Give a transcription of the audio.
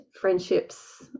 friendships